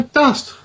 dust